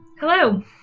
Hello